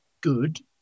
Good